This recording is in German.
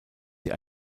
sie